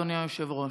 אדוני היושב-ראש.